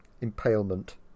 Impalement